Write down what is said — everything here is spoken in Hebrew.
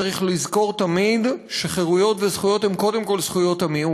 צריך לזכור תמיד שחירויות וזכויות הן קודם כול זכויות המיעוט,